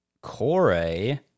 corey